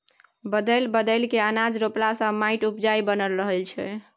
बदलि बदलि कय अनाज रोपला से माटि उपजाऊ बनल रहै छै